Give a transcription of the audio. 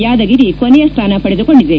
ಯಾದಗಿರಿ ಕೊನೆಯ ಸ್ಥಾನ ಪಡೆದುಕೊಂಡಿದೆ